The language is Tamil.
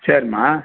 சரிம்மா